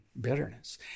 bitterness